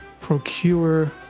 procure